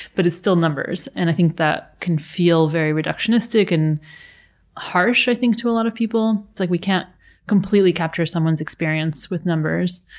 but it's still numbers. and i think that can feel very reductionistic and harsh, i think, to a lot of people. it's like, we can't completely capture someone's experience with numbers,